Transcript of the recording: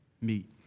meet